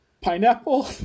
Pineapple